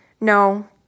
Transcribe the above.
No